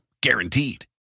Guaranteed